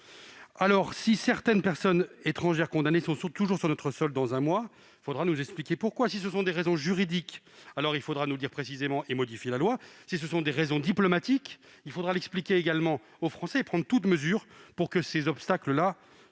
Alors, si certaines personnes étrangères condamnées sont toujours sur notre sol dans un mois, il faudra nous expliquer pourquoi. Si ce sont des raisons juridiques, il faudra nous dire précisément lesquelles et modifier la loi. Si ce sont des raisons diplomatiques, il faudra l'expliquer aux Français et prendre toute mesure pour que les obstacles